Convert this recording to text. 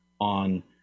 on